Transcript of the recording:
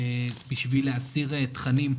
בשביל להסיר תכנים,